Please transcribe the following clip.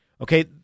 Okay